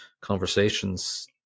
conversations